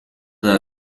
dal